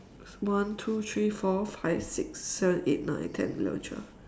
one two three four five six seven eight nine ten eleven twelve